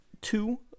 two